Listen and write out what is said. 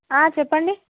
చెప్పండి